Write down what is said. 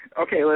Okay